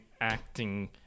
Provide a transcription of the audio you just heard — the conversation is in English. acting